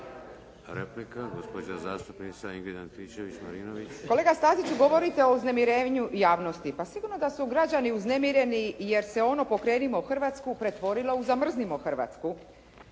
Replika, gospođa zastupnica Ingrid Antičević-Marinović. **Antičević Marinović, Ingrid (SDP)** Kolega Staziću govorite o uznemirenju javnosti, pa sigurno da su građani uznemireni jer se ono "Pokrenimo Hrvatsku", pretvorilo u zamrznimo Hrvatsku,